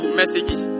messages